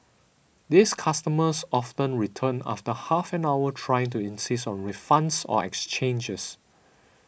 these customers often return after half an hour trying to insist on refunds or exchanges